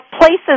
places